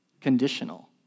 conditional